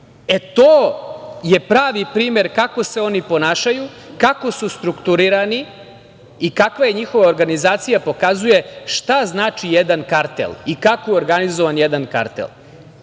E, to je pravi primer kako se oni ponašaju, kako su strukturirani i kakva je njihova organizacija, pokazuje šta znači jedan kartel i kako je organizovan jedan kartel.